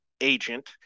agent